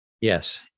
Yes